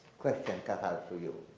question cut out for you.